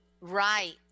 Right